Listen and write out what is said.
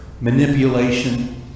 manipulation